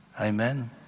amen